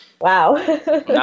wow